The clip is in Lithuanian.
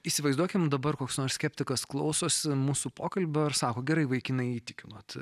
įsivaizduokime dabar koks nors skeptikas klausosi mūsų pokalbio ir sako gerai vaikinai įtikinot